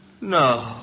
No